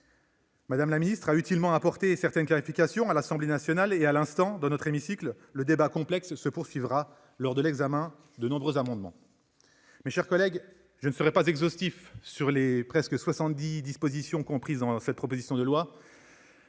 Mme la ministre a utilement apporté certaines clarifications devant l'Assemblée nationale et, à l'instant, dans notre hémicycle ; le débat, complexe, se poursuivra lors de l'examen de nombreux amendements. Mes chers collègues, je ne serai pas exhaustif à propos des presque soixante-dix dispositions comprises dans la proposition de loi,